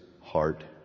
heart